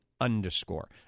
underscore